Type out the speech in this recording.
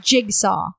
Jigsaw